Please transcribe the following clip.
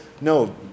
No